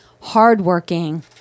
hardworking